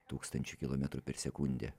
tūkstančių kilometrų per sekundę